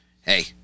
hey